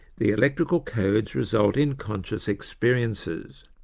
the electrical codes result in conscious experiences.